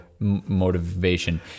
motivation